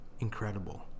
Incredible